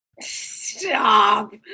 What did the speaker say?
Stop